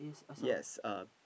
yes uh